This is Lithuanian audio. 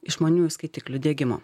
išmaniųjų skaitiklių diegimo